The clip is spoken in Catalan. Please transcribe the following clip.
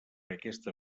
aquesta